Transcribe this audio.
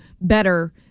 better